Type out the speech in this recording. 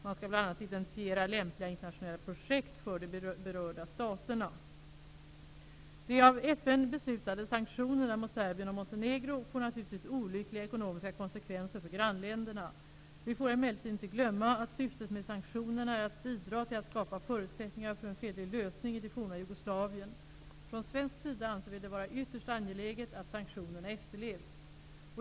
Man skall bl.a. identifiera lämpliga internationella projekt för de berörda staterna. Montenegro får naturligtvis olyckliga ekonomiska konsekvenser för grannländerna. Vi får emellertid inte glömma att syftet med sanktionerna är att bidra till att skapa förutsättningar för en fredlig lösning i det forna Jugoslavien. Från svensk sida anser vi det vara ytterst angeläget att sanktionerna efterlevs.